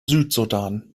südsudan